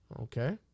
Okay